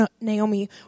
Naomi